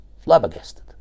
flabbergasted